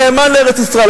נאמן לארץ-ישראל.